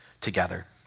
together